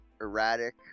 erratic